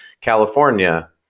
California